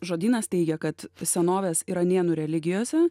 žodynas teigia kad senovės iranėnų religijose